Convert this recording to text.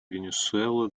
венесуэла